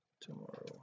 tomorrow